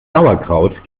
sauerkraut